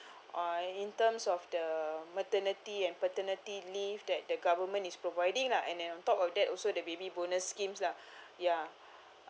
uh in terms of the maternity and paternity leave that the government is providing lah and then on top of that also the baby bonus schemes lah ya